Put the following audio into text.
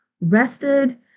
rested